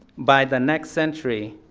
by the next century,